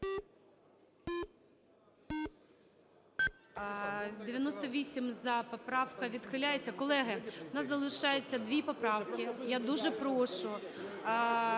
За-98 Поправка відхиляється. Колеги, в нас залишається 2 поправки. Я дуже прошу